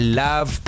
love